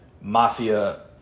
Mafia